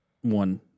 one